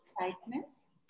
Tightness